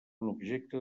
objecte